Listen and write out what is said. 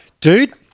dude